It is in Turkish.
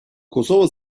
kosova